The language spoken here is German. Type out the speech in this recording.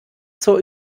zur